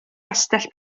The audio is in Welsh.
gastell